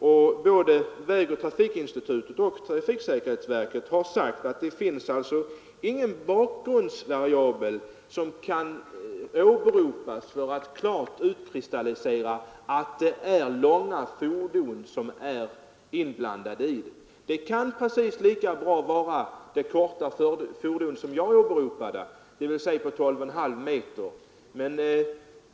Både statens vägoch trafikinstitut och trafiksäkerhetsverket har ansett att det inte finns någon bakgrundsvariabel som kan åberopas för att klart utkristallisera att det ofta är lår.ga fordon som är inblandade i trafikolycksfall. Det kan emellertid precis lika gärna vara de korta fordon som jag nämnde, dvs. fordon på 12,5 meter.